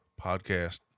podcast